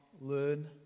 learn